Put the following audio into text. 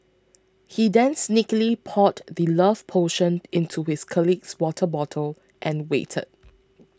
he then sneakily poured the love potion into his colleague's water bottle and waited